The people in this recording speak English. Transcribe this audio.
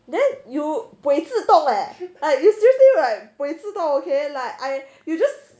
then you buay 自动 leh you seriously like buay 自动 okay like I just